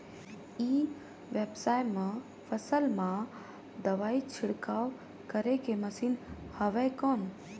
ई व्यवसाय म फसल मा दवाई छिड़काव करे के मशीन हवय कौन?